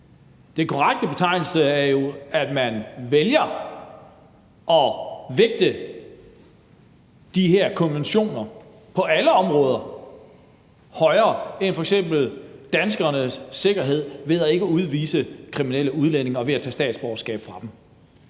Den korrekte betegnelse er jo, at man vælger på alle områder at vægte de her konventioner højere end f.eks. danskernes sikkerhed ved ikke at udvise kriminelle udlændinge og ved ikke at tage statsborgerskabet fra dem.